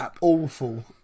awful